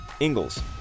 Ingalls